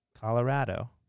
Colorado